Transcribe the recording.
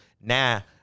Now